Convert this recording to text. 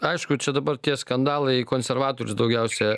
aišku čia dabar tie skandalai į konservatorius daugiausia